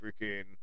freaking